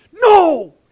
No